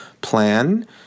plan